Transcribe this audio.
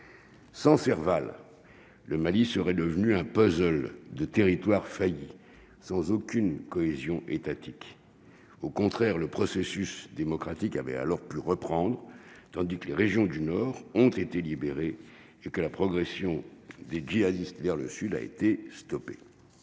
sans Serval le Mali serait devenu un puzzle de territoire failli sans aucune cohésion étatique au contraire le processus démocratique avait alors pu reprendre tandis que les régions du nord ont été libérés, je sais que la progression des djihadistes vers le sud, a été stoppée,